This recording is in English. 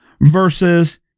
versus